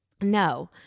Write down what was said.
No